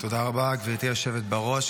תודה רבה, גברתי היושבת בראש.